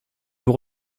nous